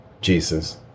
Jesus